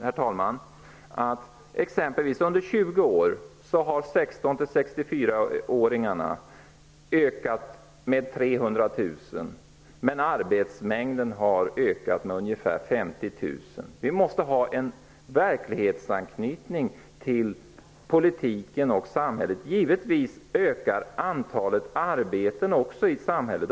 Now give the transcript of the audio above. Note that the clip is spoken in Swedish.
Herr talman! Jag vill betona att antalet 16--64 åringar under de senaste 20 år har ökat med 300 000. Men arbetsmängden har ökat med ungefär 50 000 arbetstillfällen. Vi måste få en verklighetsanknytning till politiken och samhället. Givetvis ökar också antalet arbetstillfällen i samhället.